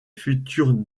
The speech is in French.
futurs